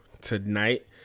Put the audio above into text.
tonight